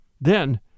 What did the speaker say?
Then